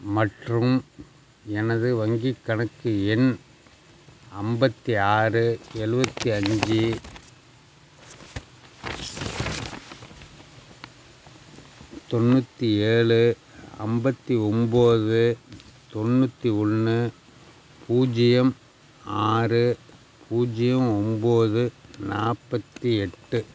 மற்றும் எனது வங்கிக் கணக்கு எண் ஐம்பத்தி ஆறு எழுவத்தி அஞ்சு தொண்ணூற்றி ஏழு ஐம்பத்தி ஒன்போது தொண்ணூற்றி ஒன்று பூஜ்ஜியம் ஆறு பூஜ்ஜியம் ஒன்போது நாற்பத்தி எட்டு